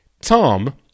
Tom